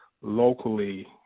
locally